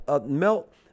melt